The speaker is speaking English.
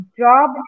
job